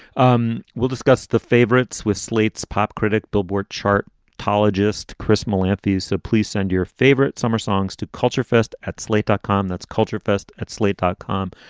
um we'll discuss the favorites with slate's pop critic billboard chart colleges, chris marlantes. so please send your favorite summer songs to culture fest at slate dot com. that's culture fest at slate dot com.